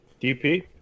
DP